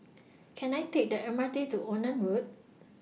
Can I Take The M R T to Onan Road